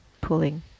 pulling